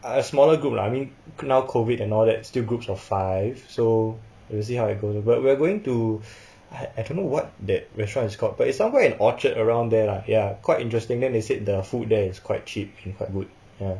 uh smaller group lah I mean now COVID and all that still groups of five so we'll see how it goes but we're going to I I don't know what that restaurant is called but it's somewhere at orchard around there lah ya quite interesting then they said the food there is quite cheap so quite good ya